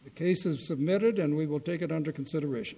the case is submitted and we will take it under consideration